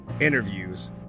interviews